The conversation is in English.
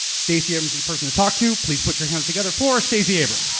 stacey abrams is the person to talk to. please put your hands together for, stacey abrams.